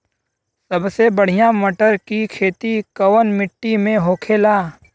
सबसे बढ़ियां मटर की खेती कवन मिट्टी में होखेला?